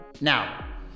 Now